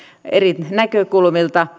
eri näkökulmilta